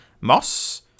Moss